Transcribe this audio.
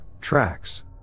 tracks